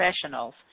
professionals